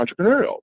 entrepreneurial